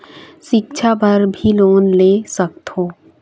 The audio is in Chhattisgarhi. सिक्छा बर भी लोन ले सकथों?